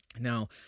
now